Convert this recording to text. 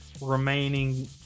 remaining